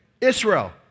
Israel